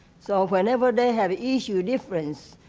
so whenever they have issues difference,